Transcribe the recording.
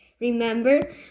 remember